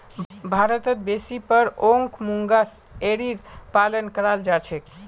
भारतत बेसी पर ओक मूंगा एरीर पालन कराल जा छेक